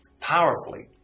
powerfully